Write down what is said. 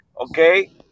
Okay